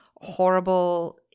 horrible